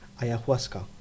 ayahuasca